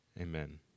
Amen